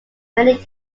many